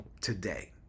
today